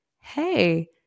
hey